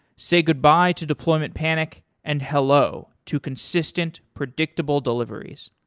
say goodbye to deployment panic and hello to consistent predictable deliveries.